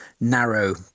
narrow